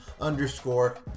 underscore